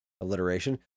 alliteration